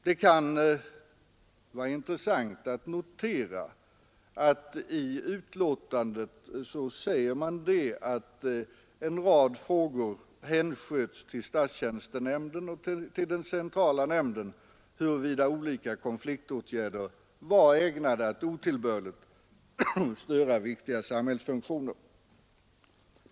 Det kan vara intressant att notera att man i betänkandet säger att en rad frågor hänsköts till statstjänstenämnden och den centrala nämnden huruvida olika konfliktåtgärder var ägnade att otillbörligt störa viktiga samhällsfunktioner.